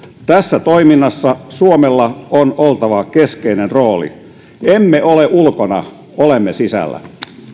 tässä toiminnassa suomella on oltava keskeinen rooli emme ole ulkona olemme sisällä